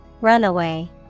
Runaway